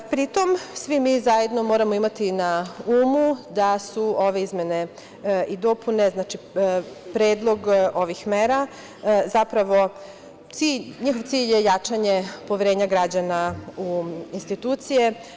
Pri tom, svi mi zajedno moramo imati na umu da su ove izmene i dopune, znači, predlog ovih mera, zapravo njihov cilj je jačanje poverenja građana u institucije.